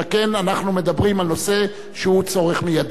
שכן אנחנו מדברים על נושא שהוא צורך מיידי.